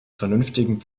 vernünftigen